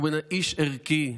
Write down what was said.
הוא איש ערכי.